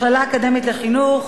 מכללה אקדמית לחינוך,